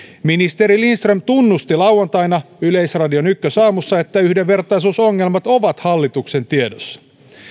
ministeri lindström tunnusti lauantaina yleisradion ykkösaamussa että yhdenvertaisuusongelmat ovat hallituksen tiedossa